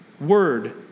Word